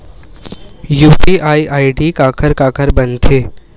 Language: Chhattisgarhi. यू.पी.आई आई.डी काखर काखर बनथे?